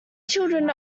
children